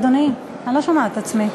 אדוני, אני לא שומעת את עצמי.